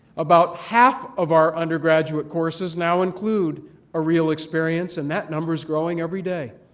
about half of our undergraduate courses now include a real experience and that number is growing every day.